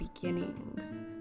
beginnings